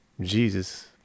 Jesus